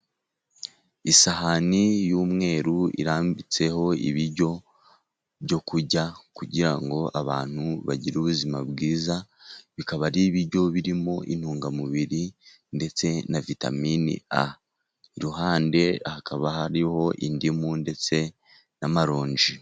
Isahani y'umweru irambitseho ibiryo byo kurya, kugira ngo abantu bagire ubuzima bwiza. Bikaba ari ibiryo birimo intungamubiri ndetse na vitamini a. Iruhande hakaba hariho indimu ndetse n' amaronji.